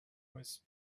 was